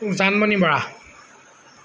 Janmoni Bora